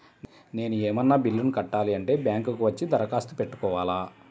నేను ఏమన్నా బిల్లును కట్టాలి అంటే బ్యాంకు కు వచ్చి దరఖాస్తు పెట్టుకోవాలా?